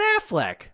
Affleck